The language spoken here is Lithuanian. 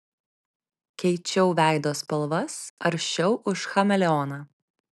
keičiau veido spalvas aršiau už chameleoną